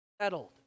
settled